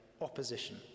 Opposition